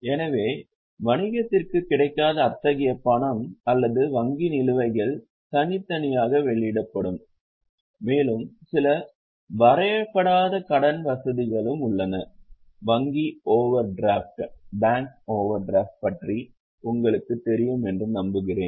எனவே வணிகத்திற்கு கிடைக்காத அத்தகைய பணம் அல்லது வங்கி நிலுவைகள் தனித்தனியாக வெளியிடப்படும் மேலும் சில வரையப்படாத கடன் வசதிகளும் உள்ளன வங்கி ஓவர் டிராஃப்ட் பற்றி உங்களுக்குத் தெரியும் என்று நம்புகிறேன்